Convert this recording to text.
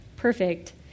perfect